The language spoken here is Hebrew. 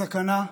הסכנה,